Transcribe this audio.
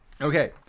Okay